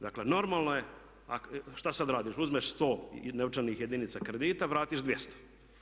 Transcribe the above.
Dakle, normalno je, šta sa radiš uzmeš 100 novčanih jedinica kredita, vratiš 200.